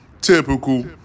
Typical